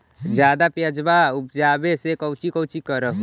ज्यादा प्यजबा उपजाबे ले कौची कौची कर हो?